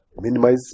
minimize